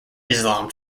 islam